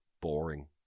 boring